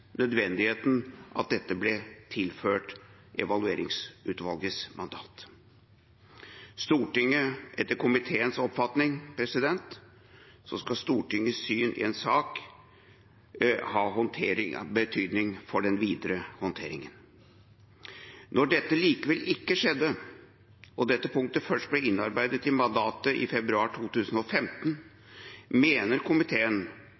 nødvendigheten av at dette ble tilført Evalueringsutvalgets mandat. Etter komiteens oppfatning skal Stortingets syn i en sak ha betydning for den videre håndteringen. Når dette likevel ikke skjedde og dette punktet først ble innarbeidet i mandatet i februar 2015, mener komiteen